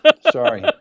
sorry